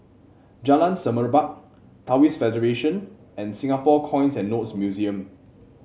Jalan Semerbak Taoist Federation and Singapore Coins and Notes Museum